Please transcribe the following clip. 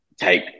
take